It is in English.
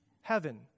heaven